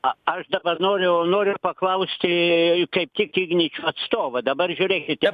a aš dabar noriu noriu paklausti kaip tik ignitis atstovą dabar žiūrėkite